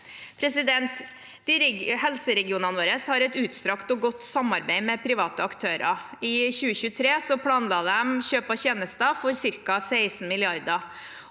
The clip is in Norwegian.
og adenomyose. Helseregionene våre har et utstrakt og godt samarbeid med private aktører. I 2023 planla de kjøp av tjenester for ca. 16 mrd.